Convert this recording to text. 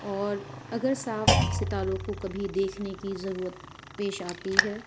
اور اگر صاف ستاروں کو کبھی دیکھنے کی ضرورت پیش آتی ہے